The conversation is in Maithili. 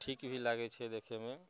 ठीक भी लागै छै देखैमे